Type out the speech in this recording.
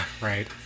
right